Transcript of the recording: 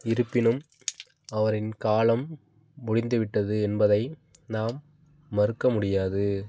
இருப்பினும் அவரின் காலம் முடிந்துவிட்டது என்பதை நாம் மறுக்க முடியாது